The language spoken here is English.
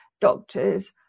doctors